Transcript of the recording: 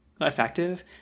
effective